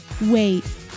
Wait